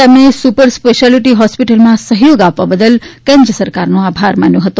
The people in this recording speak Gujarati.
તેમણે સુપર સ્પેશિયાલીટી હોસ્પિટલમાં સહયોગ આપવા બદલ કેન્દ્ર સરકારનો આભાર માન્યો હતો